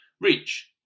reach